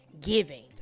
giving